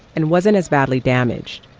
and wasn't as badly damaged.